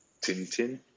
Tintin